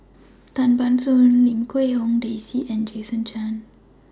Tan Ban Soon Lim Quee Hong Daisy and Jason Chan